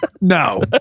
No